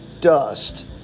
dust